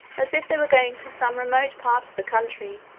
as if they were going to some remote part of the country,